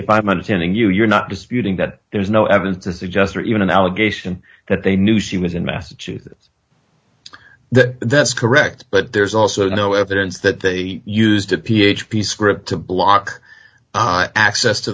if i'm understanding you you're not disputing that there is no evidence to suggest or even an allegation that they knew she was in massachusetts that that's correct but there's also no evidence that they used a p h p script to block access to